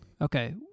Okay